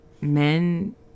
men